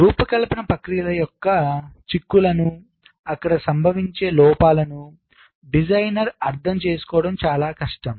కాబట్టి రూపకల్పన ప్రక్రియల యొక్క చిక్కులను అక్కడ సంభవించే లోపాలను డిజైనర్ అర్థం చేసుకోవడం చాలా కష్టం